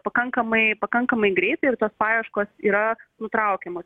pakankamai pakankamai greitai ir tos paieškos yra nutraukiamos